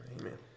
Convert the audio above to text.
Amen